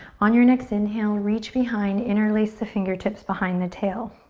on your next inhale, reach behind. interlace the fingertips behind the tail.